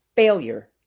Failure